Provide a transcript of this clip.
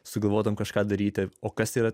sugalvotumei kažką daryti o kas yra